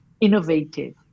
innovative